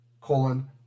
colon